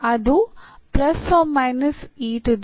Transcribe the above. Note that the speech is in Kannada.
ಅದು ಯಂತಿದೆ